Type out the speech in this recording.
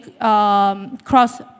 cross